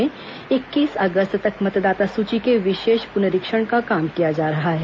राज्य में इक्कीस अगस्त तक मतदाता सूची के विशेष पुनरीक्षण का काम किया जा रहा है